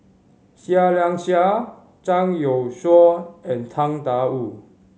Seah Liang Seah Zhang Youshuo and Tang Da Wu